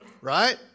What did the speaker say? Right